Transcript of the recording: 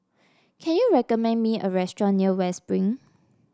can you recommend me a restaurant near West Spring